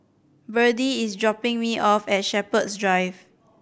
Berdie is dropping me off at Shepherds Drive